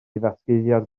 ddatguddiad